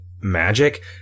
magic